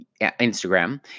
Instagram